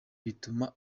bituma